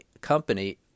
company